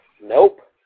Nope